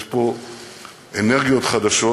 יש פה אנרגיות חדשות,